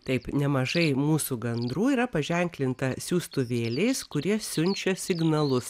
taip nemažai mūsų gandrų yra paženklinta siųstuvėliais kurie siunčia signalus